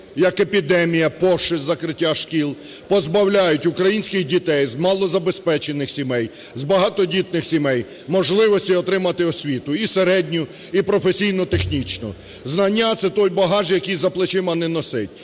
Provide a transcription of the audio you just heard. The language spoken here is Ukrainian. як епідемія, пошесть – закриття шкіл, позбавляють українських дітей з малозабезпечених сімей, з багатодітних сімей можливості отримати освіту – і середню, і професійно-технічну. Знання – це той багаж, який за плечима не носити,